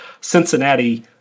Cincinnati